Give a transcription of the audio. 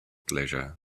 leisure